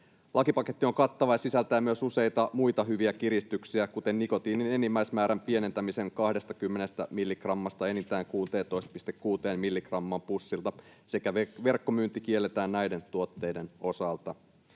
Lakipaketti on kattava ja sisältää myös useita muita hyviä kiristyksiä, kuten nikotiinin enimmäismäärän pienentämisen 20 milligrammasta enintään 16,6 milligrammaan pussilta, sekä verkkomyynti kielletään näiden tuotteiden osalta.